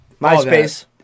MySpace